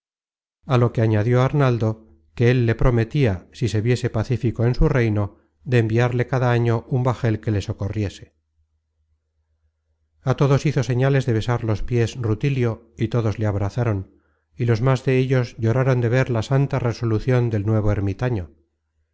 á lo que añadió arnaldo que él le prometia si se viese pacífico en su reino de enviarle cada un año un bajel que le socorriese a todos hizo señales de besar los piés rutilio y todos le abrazaron y los más de ellos lloraron de ver la santa resolucion del nuevo ermitaño